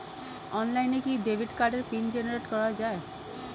অনলাইনে কি ডেবিট কার্ডের পিন জেনারেট করা যায়?